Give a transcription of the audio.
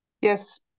Yes